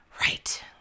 Right